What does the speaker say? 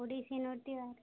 ଓଡ଼ିଶୀ ନୃତ୍ୟ